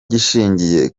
gishingiye